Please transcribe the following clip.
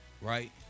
right